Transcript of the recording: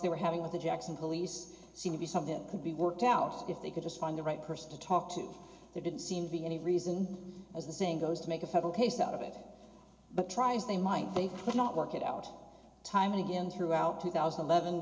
they were having with the jackson police seem to be something that could be worked out if they could just find the right person to talk to there didn't seem to be any reason as the saying goes to make a federal case out of it but tries they might they could not work it out time and again throughout two thousand and eleven